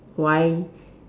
why